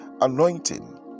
anointing